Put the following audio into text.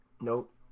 Nope